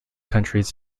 countries